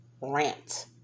rant